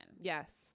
Yes